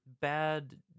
bad